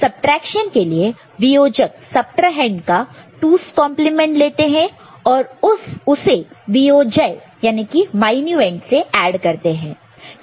subtraction के लिए वीयोजक सबट्राहैंड subtrahend का 2's कंप्लीमेंट 2's complement लेते हैं और उसे वियोज्य मायन्यूएंड minuend से ऐड करते हैं